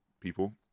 people